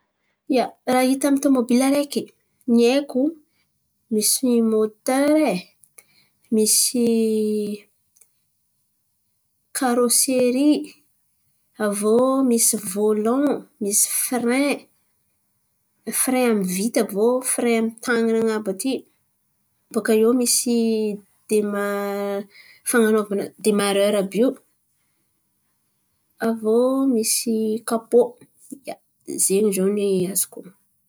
Ia, raha hita amy tômôbily araiky, ny haiko misy môtera e, misy karôsery, aviô misy vôlon, misy fire fire amy vity aviô fire amy tan̈ana an̈abo aty bòka iô misy dema- fan̈anaova demarera àby io, aviô misy kapô. Ia, zen̈y ziô ny azoko onon̈o.